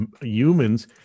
humans